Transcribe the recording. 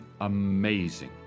amazing